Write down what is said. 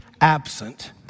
absent